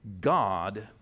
God